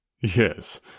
Yes